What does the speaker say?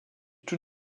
tout